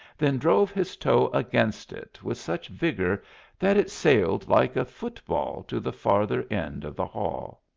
then drove his toe against it with such vigour that it sailed like a foot-ball to the farther end of the hall.